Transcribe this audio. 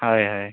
ହଏ ହଏ